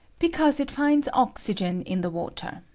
because it finds oxygen in the water.